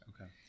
Okay